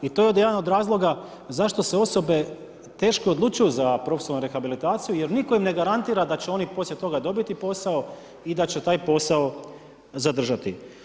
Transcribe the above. I to je jedan od razloga zašto se osobe teško odlučuju za profesionalnu rehabilitaciju jer nitko im ne garantira da će oni poslije toga dobiti posao i da će taj posao zadržati.